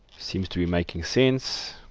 seems to be making sense.